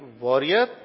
warrior